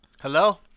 Hello